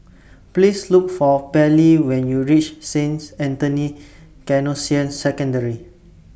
Please Look For Pairlee when YOU REACH Saint Anthony's Canossian Secondary